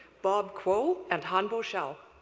bob kuo and hanbo shao.